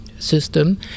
system